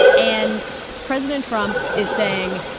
and president trump is saying,